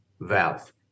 valve